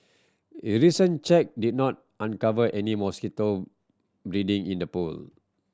recent check did not uncover any mosquito breeding in the pool